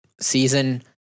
season